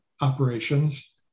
operations